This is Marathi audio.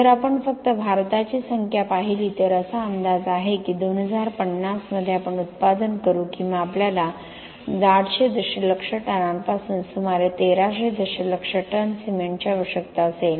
जर आपण फक्त भारताची संख्या पाहिली तर असा अंदाज आहे की 2050 मध्ये आपण उत्पादन करू किंवा आपल्याला 800 दशलक्ष टनांपासून सुमारे 1300 दशलक्ष टन सिमेंटची आवश्यकता असेल